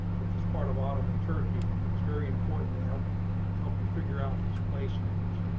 which was part of autumn and turkey is very important to help help you figure out these place names.